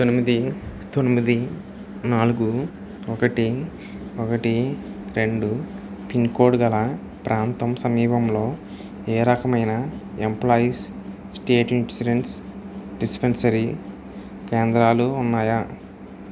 తొమ్మిది తొమ్మిది నాలుగు ఒకటి ఒకటి రెండు పిన్కోడ్ గల ప్రాంతం సమీపంలో ఏ రకమైన ఎంప్లాయీస్ స్టేట్ ఇన్సూరెన్స్ డిస్పెన్సరీ కేంద్రాలు ఉన్నాయా